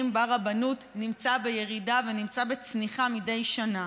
ברבנות נמצא בירידה ונמצא בצניחה מדי שנה,